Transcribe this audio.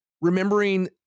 remembering